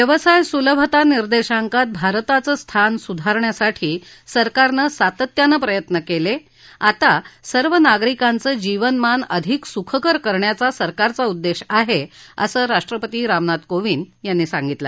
व्यवसाय सुलभता निर्देशांकात भारताचं स्थान सुधारण्यासाठी सरकारनं सातत्यानं प्रयत्न केले आता सर्व नागरिकांचं जीवनमान अधिक सुखकर करण्याचा सरकारचा उद्देश आहे असं राष्ट्रपती रामनाथ कोविंद यांनी सांगितलं